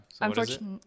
Unfortunately